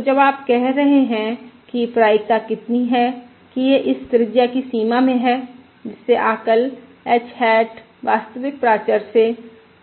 तो जब आप कह रहे हैं कि प्रायिकता कितनी है कि यह इस त्रिज्या की सीमा में है जिससे आकल h हैट वास्तविक प्राचर से